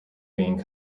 being